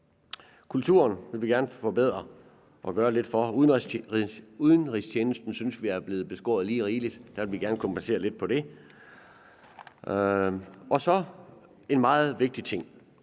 Kulturen vil vi gerne forbedre forholdene for. Og udenrigstjenesten synes vi er blevet beskåret lige rigeligt, og det vil vi gerne kompensere lidt for. Så er der en meget vigtig ting,